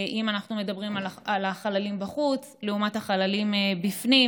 אם אנחנו מדברים על החללים בחוץ לעומת החללים בפנים,